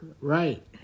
Right